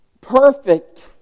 perfect